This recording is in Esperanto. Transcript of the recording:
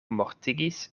mortigis